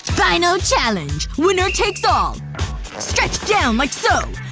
final challenge. winner takes all stretch down like so